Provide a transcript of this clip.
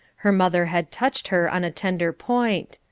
her mother had touched her on a tender point.